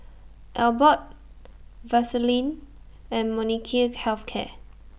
Abbott Vaselin and Molnylcke Health Care